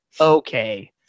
Okay